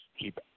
keep